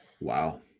Wow